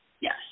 Yes